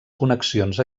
connexions